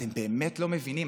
אתם באמת לא מבינים.